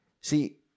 See